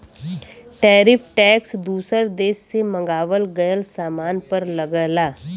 tariff tax दूसर देश से मंगावल गयल सामान पर लगला